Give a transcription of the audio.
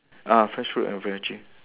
ah fresh fruit and veggie